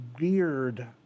weird